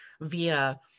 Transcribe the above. via